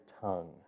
tongue